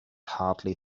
hardly